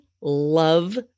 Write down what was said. love